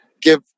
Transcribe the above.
give